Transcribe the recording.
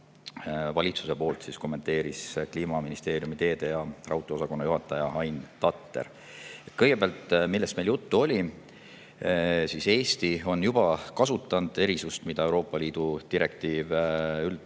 Valitsuse poolt kommenteeris [eelnõu] Kliimaministeeriumi teede- ja raudteeosakonna juhataja Ain Tatter. Kõigepealt: millest meil juttu oli? Eesti on juba kasutanud erisust, mida Euroopa Liidu direktiiv massi